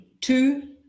two